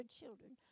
children